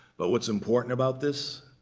but what's important about this,